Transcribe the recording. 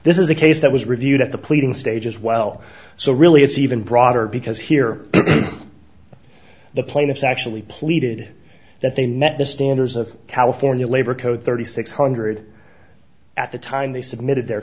this is a case that was reviewed at the pleading stage as well so really it's even broader because here the plaintiffs actually pleaded that they net the standards of california labor code thirty six hundred at the time they submitted their